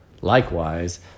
Likewise